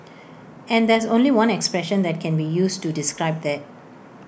and there's only one expression that can be used to describe that